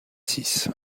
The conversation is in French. six